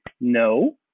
No